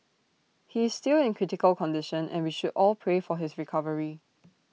he is still in critical condition and we should all pray for his recovery